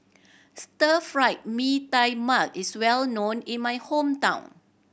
Stir Fried Mee Tai Mak is well known in my hometown